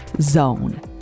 .zone